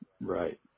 right